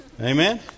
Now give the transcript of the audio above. Amen